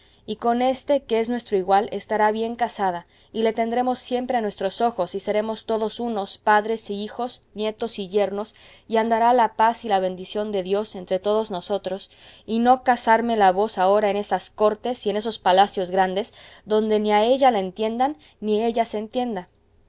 y con éste que es nuestro igual estará bien casada y le tendremos siempre a nuestros ojos y seremos todos unos padres y hijos nietos y yernos y andará la paz y la bendición de dios entre todos nosotros y no casármela vos ahora en esas cortes y en esos palacios grandes adonde ni a ella la entiendan ni ella se entienda